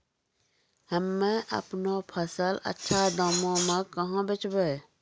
हम्मे आपनौ फसल अच्छा दामों मे कहाँ बेचबै?